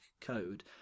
code